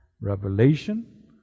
revelation